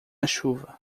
chuva